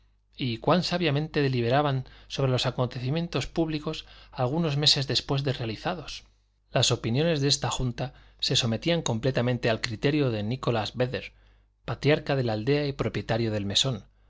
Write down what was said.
y cuán sabiamente deliberaban sobre los acontecimientos públicos algunos meses después de realizados las opiniones de esta junta se sometían completamente al criterio de nicholas védder patriarca de la aldea y propietario del mesón